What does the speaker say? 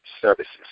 Services